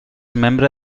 membre